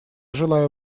желаю